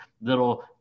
little